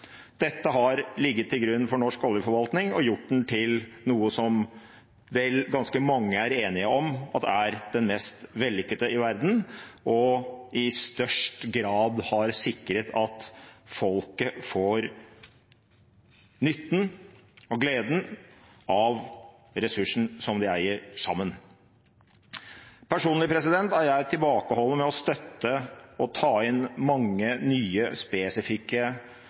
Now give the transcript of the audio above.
Dette har ligget til grunn for norsk oljeforvaltning og har gjort den til noe som vel ganske mange er enige om at er den mest vellykkede i verden, og som i størst grad har sikret at folket får nytten og gleden av ressursen som de eier sammen. Personlig er jeg tilbakeholdende med å støtte å ta inn mange nye, spesifikke